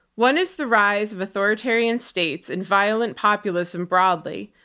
one is the rise of authoritarian states and violent populism broadly,